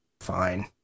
fine